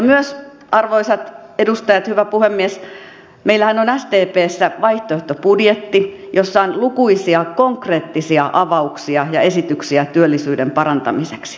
myös arvoisat edustajat hyvä puhemies meillähän on sdpssä vaihtoehtobudjetti jossa on lukuisia konkreettisia avauksia ja esityksiä työllisyyden parantamiseksi